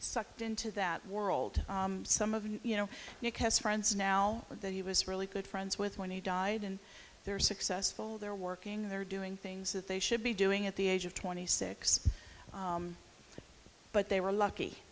sucked into that world some of you know nick has friends now or that he was really good friends with when he died and they're successful they're working they're doing things that they should be doing at the age of twenty six but they were lucky